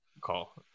call